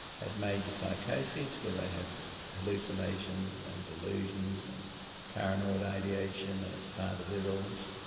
have major psychoses where they have hallucinations and delusions and paranoid ideation, and it's part of their illness,